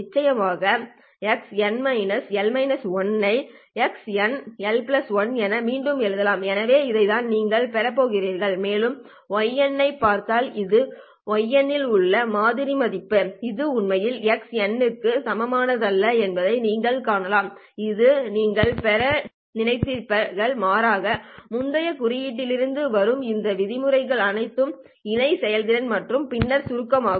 நிச்சயமாக x n ஐ x n L 1 என மீண்டும் எழுதலாம் எனவே இதைத்தான் நீங்கள் பெறப் போகிறீர்கள் மேலும் y ஐப் பார்த்தால் இது n இல் உள்ள மாதிரி மதிப்பு இது உண்மையில் x க்கு சமமானதல்ல என்பதை நீங்கள் காணலாம் இது நீங்கள் பெற நினைத்திருப்பீர்கள் மாறாக முந்தைய குறியீடுகளிலிருந்து வரும் இந்த விதிமுறைகள் அனைத்தும் இணை செயல்திறன் மற்றும் பின்னர் சுருக்கமாக